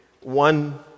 one